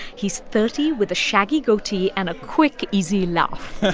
he's thirty, with a shaggy goatee and a quick, easy laugh